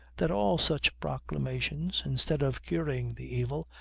that all such proclamations, instead of curing the evil,